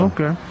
Okay